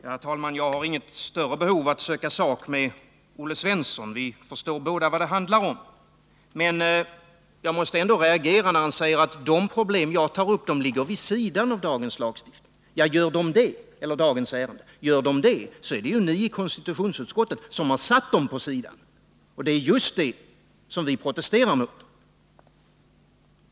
Herr talman! Jag har inget större behov av att söka sak med Olle Svensson —-vi förstår både vad det handlar om. Men jag måste reagera när han säger att de problem som jag tar upp ligger vid sidan av dagens ärende. Om de gör det, är det ni i konstitutionsutskottet som har lagt dem vid sidan, och det är just det som vi protesterar mot.